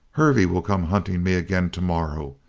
hervey will come hunting me again tomorrow,